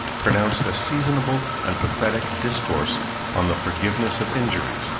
pronounced a seasonable and pathetic discourse on the forgiveness of injuries,